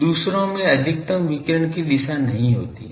दूसरों में अधिकतम विकिरण की दिशा नहीं होती है